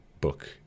book